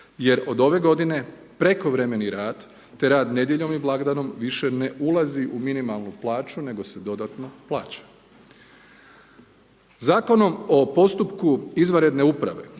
jer od ove g. prekovremeni rad te rad nedjeljom i blagdanom više ne ulazi u minimalnu plaću, nego se dodatno plaća. Zakonom o postupku izvanredne uprave